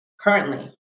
currently